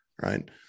Right